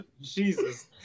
Jesus